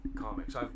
comics